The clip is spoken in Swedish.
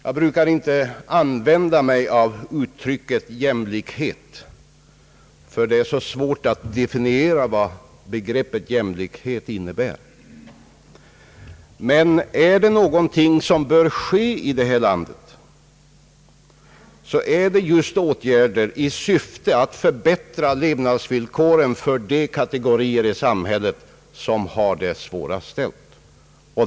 Jag brukar inte använda ordet jämlikhet eftersom det är så svårt att definiera vad detta begrepp innebär, men om någonting behövs i vårt land så är det just åtgärder i syfte att förbättra levnadsvillkoren för de kategorier i samhället som har det svårast ställt.